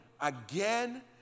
again